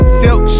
silk